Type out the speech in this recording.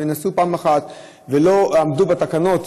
וניסו פעם אחת ולא עמדו בתקנות,